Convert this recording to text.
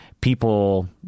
people